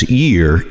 year